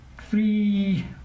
three